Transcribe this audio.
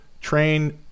train